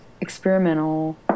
experimental